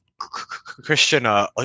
Christian